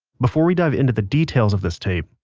before we dive into the details of this tape,